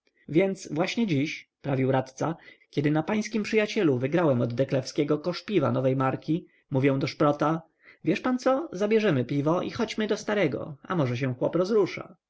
więc właśnie dziś prawił radca kiedy na pańskim przyjacielu wygrałem od deklewskiego kosz piwa nowej marki mówię do szprota wiesz pan co zabierzmy piwo i chodźmy do starego a może się